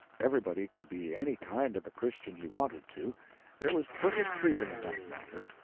everybody could be any kind of a christian he wanted to there was perfect freedom in that matter.